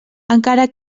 encara